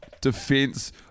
defense